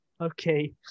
okay